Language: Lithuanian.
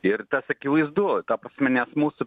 ir tas akivaizdu ta prasme nes mūsų